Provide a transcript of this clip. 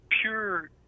pure